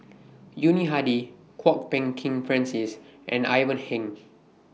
Yuni Hadi Kwok Peng Kin Francis and Ivan Heng